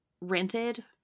rented